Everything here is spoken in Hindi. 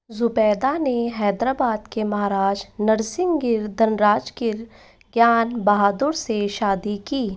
ज़ुबैदा ने हैदराबाद के महाराज नरसिंगगीर धनराजगीर ज्ञान बहादुर से शादी की